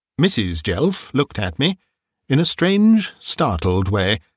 mrs. jelf looked at me in a strange, startled way,